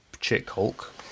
Chick-Hulk